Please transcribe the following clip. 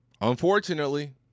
unfortunately